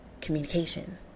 communication